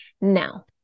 Now